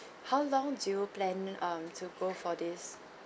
how long do you plan um to go for this